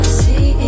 see